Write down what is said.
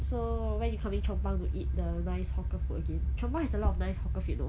so when you coming chong pang to eat the nice hawker food again chong pang has a lot of nice hawker food know